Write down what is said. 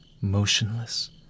motionless